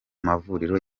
mavuriro